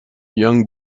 young